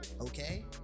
okay